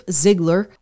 Ziegler